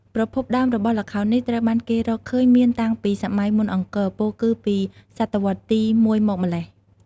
ប្រភពដើមរបស់ល្ខោននេះ ត្រូវបានគេរកឃើញមានតាំងពីសម័យមុនអង្គរ ពោលគឺពីសតវត្សទី ១មកម្ល៉េះ។